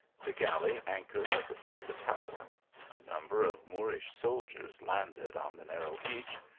the galley anchored at the foot of the tower a number of moorish soldiers landed on the narrow beach,